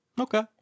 okay